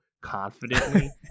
confidently